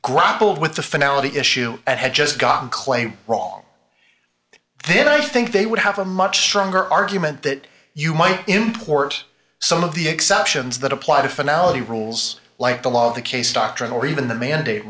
grappled with the finale issue and had just gotten clay wrong then i think they would have a much stronger argument that you might import some of the exceptions that apply to finale rules like the law of the case doctrine or even the mandate